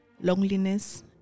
Loneliness